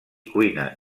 cuina